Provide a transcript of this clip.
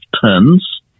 turns